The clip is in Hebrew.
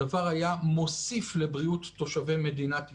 הדבר היה מוסיף לבריאות תושבי מדינת ישראל.